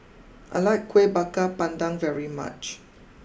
I like Kueh Bakar Pandan very much